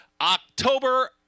October